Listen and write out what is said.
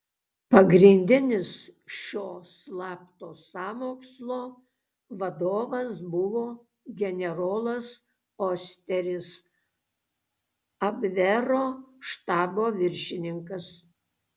pagrindinis šio slapto sąmokslo vadovas buvo generolas osteris abvero štabo viršininkas